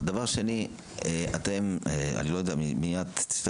אני לא יודע מי את,